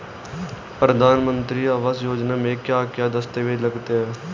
प्रधानमंत्री आवास योजना में क्या क्या दस्तावेज लगते हैं?